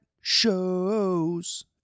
shows